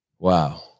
Wow